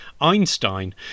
Einstein